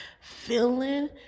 feeling